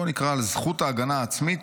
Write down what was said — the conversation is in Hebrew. נקרא על "זכות ההגנה העצמית,